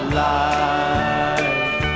life